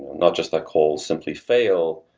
not just a call simply fail,